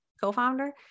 co-founder